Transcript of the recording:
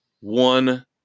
One